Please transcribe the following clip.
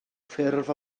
ffurf